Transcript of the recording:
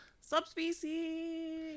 subspecies